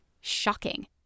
shocking